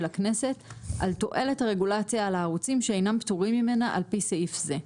הכנסת על תועלת הרגולציה לערוצים שאינם פטורים ממנה על פי סעיף זה'.